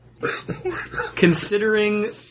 Considering